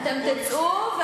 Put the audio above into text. אתם תצאו,